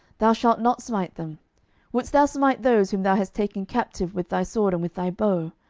thou shalt not smite them wouldest thou smite those whom thou hast taken captive with thy sword and with thy bow?